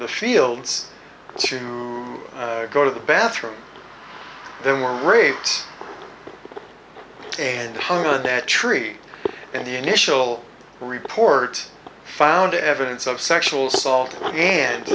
the fields to go to the bathroom then were raped and hung on that tree and the initial report found evidence of sexual assault